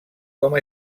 com